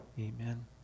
amen